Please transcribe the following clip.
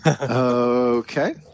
Okay